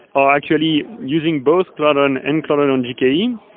or actually using both cloudrun and cloudrun on gke,